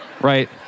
right